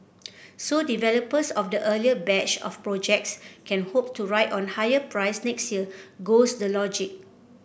so developers of the earlier batch of projects can hope to ride on higher price next year goes the logic